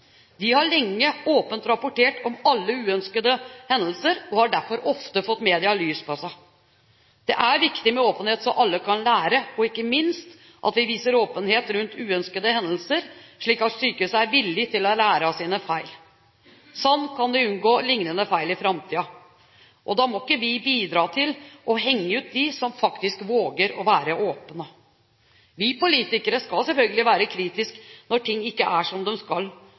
De har lenge åpent rapportert om alle uønskede hendelser og har derfor ofte fått medias lys på seg. Det er viktig med åpenhet, slik at alle kan lære, og ikke minst at vi viser åpenhet rundt uønskede hendelser, slik at sykehuset er villig til å lære av sine feil. Sånn kan de unngå lignende feil i framtiden. Da må ikke vi bidra til å henge ut dem som faktisk våger å være åpne. Vi politikere skal selvfølgelig være kritiske når ting ikke er som de skal,